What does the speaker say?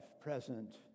present